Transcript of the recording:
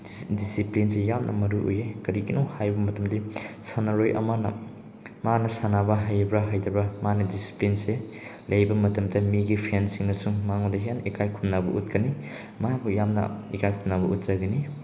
ꯗꯤꯁꯤꯄ꯭ꯂꯤꯟꯁꯦ ꯌꯥꯝꯅ ꯃꯔꯨꯑꯣꯏ ꯀꯔꯤꯒꯤꯅꯣ ꯍꯥꯏꯕ ꯃꯇꯝꯗꯤ ꯁꯥꯟꯅꯔꯣꯏ ꯑꯃꯅ ꯃꯥꯅ ꯁꯥꯟꯅꯕ ꯍꯩꯕ꯭ꯔ ꯍꯩꯇꯕ꯭ꯔ ꯃꯥꯅ ꯗꯤꯁꯤꯄ꯭ꯂꯤꯟꯁꯦ ꯂꯩꯕ ꯃꯇꯝꯗ ꯃꯤꯒꯤ ꯐꯦꯟꯁꯤꯡꯅꯁꯨ ꯃꯉꯣꯟꯗ ꯍꯦꯟꯅ ꯏꯀꯥꯏ ꯈꯨꯝꯅꯕ ꯎꯠꯀꯅꯤ ꯃꯍꯥꯛꯄꯨ ꯌꯥꯝꯅ ꯏꯀꯥꯏ ꯈꯨꯝꯅꯕ ꯎꯠꯆꯒꯅꯤ